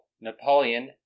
napoleon